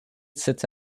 sits